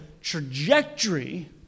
trajectory